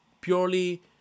purely